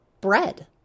bread